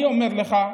אני אומר לך,